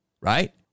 right